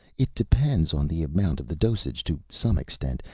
it depends on the amount of the dosage, to some extent.